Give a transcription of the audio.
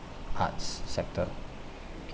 arts sector